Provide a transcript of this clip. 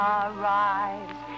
arrives